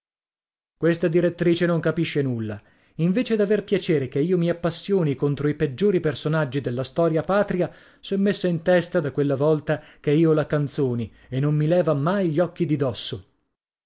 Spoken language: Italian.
questa direttrice non capisce nulla invece d'aver piacere chi io mi appassioni contro i peggiori personaggi della storia patria s'è messa in testa da quella volta che io la canzoni e non mi leva mai gli occhi di dosso